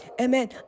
Amen